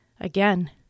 Again